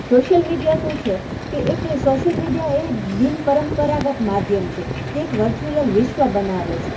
social media શું છે કે એ સોશિયલ મીડિયા એ બિનપરંપરાગત માધ્યમ છે તે વરચ્યુલલ વિશ્વ બનાવે છે